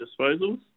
disposals